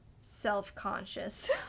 self-conscious